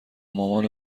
مامان